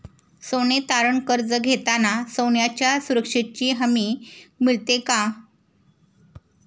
सोने तारण कर्ज घेताना सोन्याच्या सुरक्षेची हमी मिळते का?